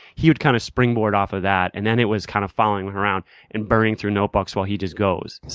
he would kind of springboard off of that. and then it was kind of following him around and burning through notebooks while he just goes.